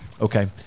Okay